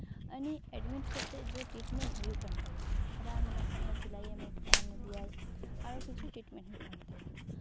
ᱟᱹᱱᱤ admit ᱠᱟᱛᱮ ᱡᱳᱨ treatment ᱦᱩᱭᱩᱜ ᱠᱟᱱ ᱛᱟᱭᱟ ᱨᱟᱱ ᱮᱢᱟᱭ ᱠᱟᱱᱟ ᱥᱤᱞᱟᱭᱮ ᱮᱢ ᱫᱮᱭᱟᱭ ᱟᱨᱚ ᱠᱤᱪᱷᱩ ᱴᱨᱤᱴᱢᱮᱱᱴ ᱦᱩᱭᱩᱜ ᱠᱟᱱ ᱛᱟᱭᱟ